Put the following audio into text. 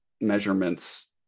measurements